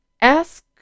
ask